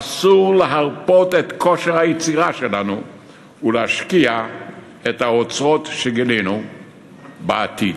אסור לרפות את כושר היצירה שלנו ויש להשקיע את האוצרות שגילינו בעתיד.